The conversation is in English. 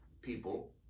people